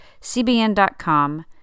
CBN.com